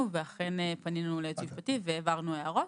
ואכן פנינו לייעוץ המשפטי והעברנו הערות.